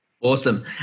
Awesome